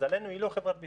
למזלנו הוא לא חברת ביטוח.